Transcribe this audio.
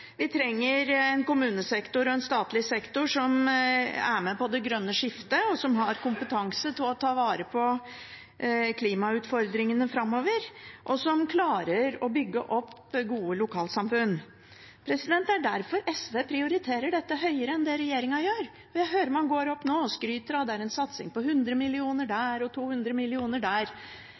vi trenger en kommunesektor og en statlig sektor som er med på det grønne skiftet, som har kompetanse til å ta vare på klimautfordringene framover, og som klarer å bygge opp gode lokalsamfunn. Det er derfor SV prioriterer dette høyere enn det regjeringen gjør. Jeg hører at man nå går opp og skryter av en satsing på 100 millioner her og 200 millioner der.